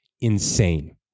insane